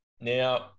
Now